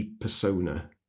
persona